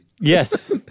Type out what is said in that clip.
Yes